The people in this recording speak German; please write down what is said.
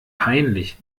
peinlich